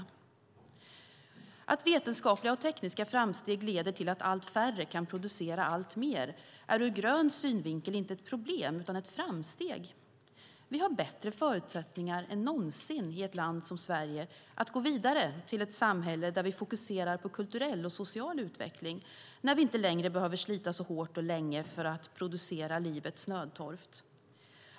Att vetenskapliga och tekniska framsteg leder till att allt färre kan producera alltmer är ur grön synvinkel inte ett problem utan ett framsteg. Vi har bättre förutsättningar än någonsin i ett land som Sverige att gå vidare till ett samhälle där vi fokuserar på kulturell och social utveckling när vi inte längre behöver slita så hårt och länge för att producera livets nödtorft.